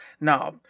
no